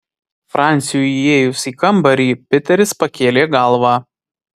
franciui įėjus į kambarį piteris pakėlė galvą